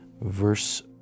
verse